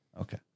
okay